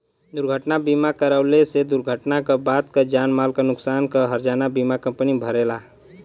दुर्घटना बीमा करवले से दुर्घटना क बाद क जान माल क नुकसान क हर्जाना बीमा कम्पनी भरेला